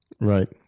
Right